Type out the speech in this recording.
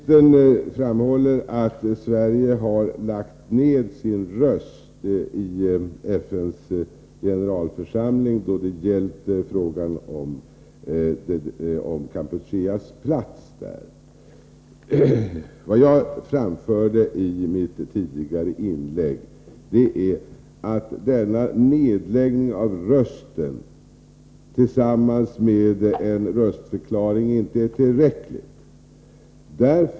Herr talman! Utrikesministern framhåller att Sverige har lagt ned sin röst i FN:s generalförsamling då det gällt frågan om Kampucheas plats där. Vad jag anförde i mitt tidigare inlägg var att denna nedläggning av rösten tillsammans med en röstförklaring inte är tillräcklig.